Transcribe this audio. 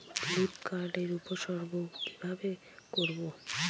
Leaf curl এর উপসর্গ কিভাবে করব?